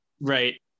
right